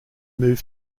moved